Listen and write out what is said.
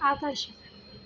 आकर्षक